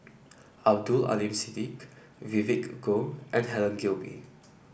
Abdul Aleem Siddique Vivien Goh and Helen Gilbey